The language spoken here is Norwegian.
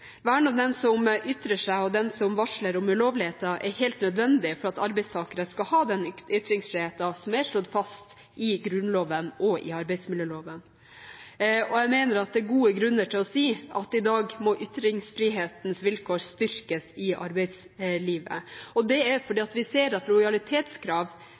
Vern om den som ytrer seg, og den som varsler om ulovligheter, er helt nødvendig for at arbeidstakere skal ha den ytringsfriheten som er slått fast i Grunnloven og i arbeidsmiljøloven. Jeg mener at det er gode grunner til å si at i dag må ytringsfrihetens vilkår styrkes i arbeidslivet, fordi vi ser at lojalitetskrav har en økende utbredelse. Norsk Ledelsesbarometer viser at det